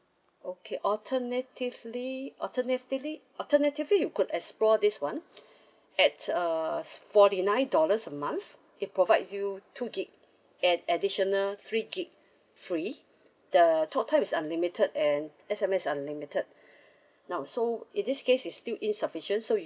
okay alternatively alternatively alternatively you could explore this [one] at err forty nine dollars a month it provides you two gigabytes and additional three gigabytes free the talk time is unlimited and S_M_S unlimited now so in this case is still insufficient so we